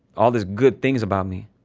all this good things about me,